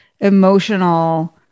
emotional